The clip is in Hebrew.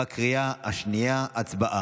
בקריאה השנייה, הצבעה.